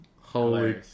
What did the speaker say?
Holy